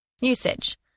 Usage